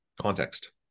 context